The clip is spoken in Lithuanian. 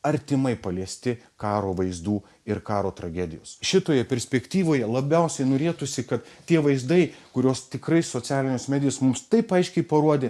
artimai paliesti karo vaizdų ir karo tragedijos šitoje perspektyvoje labiausiai norėtųsi kad tie vaizdai kuriuos tikrai socialinės medijos mums taip aiškiai parodė